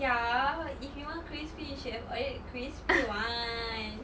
ya if you want crispy you should have ordered crispy [one]